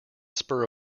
spur